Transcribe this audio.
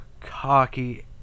cocky